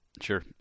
Sure